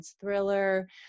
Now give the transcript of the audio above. thriller